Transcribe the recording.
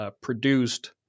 produced